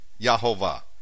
Yahovah